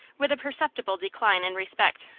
with a perceptible decline in respect.